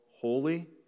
holy